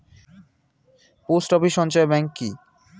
Post office সঞ্চয় bank কি?